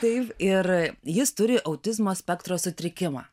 taip ir jis turi autizmo spektro sutrikimą